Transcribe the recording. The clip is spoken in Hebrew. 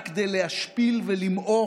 רק כדי להשפיל ולמעוך,